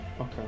okay